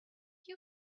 you